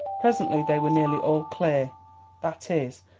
presently they were nearly all clear that is,